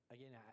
Again